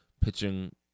pitching